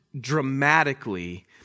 dramatically